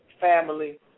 family